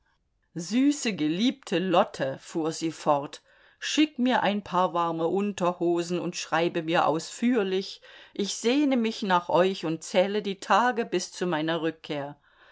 süße geliebte lotte fuhr sie fort schick mir ein paar warme unterhosen und schreibe mir ausführlich ich sehne mich nach euch und zähle die tage bis zu meiner rückkehr